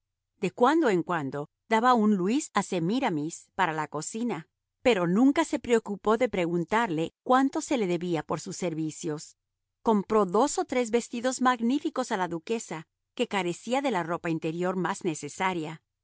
de cuando en cuando daba un luis a semíramis para la cocina pero nunca se preocupó de preguntarle cuánto se le debía por sus servicios compró dos o tres vestidos magníficos a la duquesa que carecía de la ropa interior más necesaria